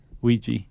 Ouija